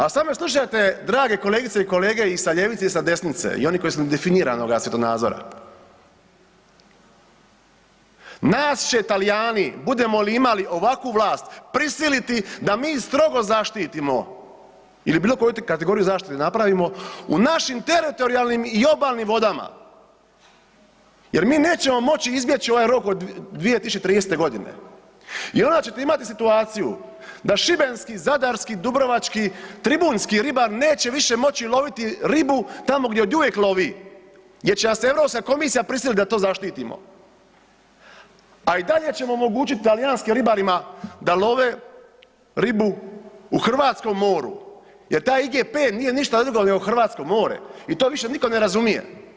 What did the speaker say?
A sada me slušajte drage kolegice i kolege i sa ljevice i sa desnice i oni koji su nedefiniranoga svjetonazora, nas će Talijani budemo li imali ovakvu vlast prisiliti da mi strogo zaštitimo ili bilo koju kategoriju zaštite da napravimo u našim teritorijalnim i obalnim vodama jer mi nećemo moći izbjeći ovaj rok do 2030.g. i onda ćete imati situaciju da šibenski, zadarski, dubrovački, tribunjski ribar neće više moći loviti ribu tamo gdje oduvijek lovi jer će nas Europska komisija prisiliti da to zaštitimo, a i dalje ćemo omogućiti talijanskim ribarima da love ribu u hrvatskom moru jer taj IGP nije ništa drugo nego hrvatsko more i to više niko ne razumije.